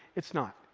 it's not.